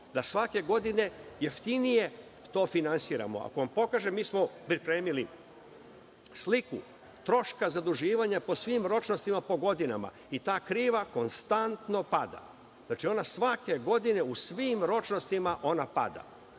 da svake godine jeftinije to finansiramo. Ako vam pokažem, mi smo pripremili sliku troška zaduživanja po svim ročnostima po godinama i ta kriva konstantno pada. Znači, ona svake godine u svim ročnostima pada.